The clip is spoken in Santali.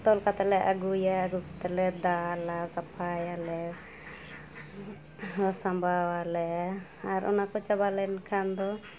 ᱛᱚᱞ ᱠᱟᱛᱮᱫ ᱞᱮ ᱟᱹᱜᱩᱭᱟ ᱟᱹᱜᱩ ᱠᱟᱛᱮᱞᱮ ᱫᱟᱞᱟ ᱥᱟᱯᱷᱟᱭᱟᱞᱮ ᱦᱟᱹᱨ ᱥᱟᱸᱵᱟᱣᱟᱞᱮ ᱟᱨ ᱚᱱᱟ ᱠᱚ ᱪᱟᱵᱟ ᱞᱮᱱᱠᱷᱟᱱ ᱫᱚ